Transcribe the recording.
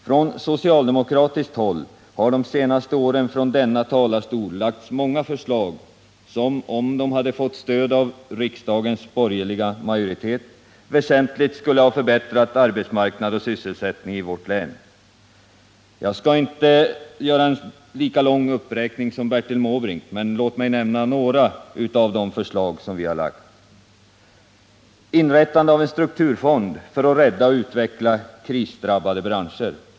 Från socialdemokratiskt håll har de senaste åren från denna stol framförts många förslag, som — om de hade fått stöd av riksdagens borgerliga majoritet — väsentligt skulle ha förbättrat arbetsmarknad och sysselsättning i vårt län. Jag skall inte göra en lika lång uppräkning som Bertil Måbrink, men låt mig nämna några av de förslag som vi har lagt fram: —- Inrätta en strukturfond för att rädda och utveckla krisdrabbade branscher.